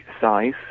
size